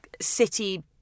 city